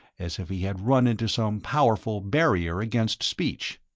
as if he had run into some powerful barrier against speech.